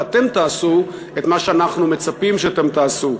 ואתם תעשו את מה שאנחנו מצפים שאתם תעשו.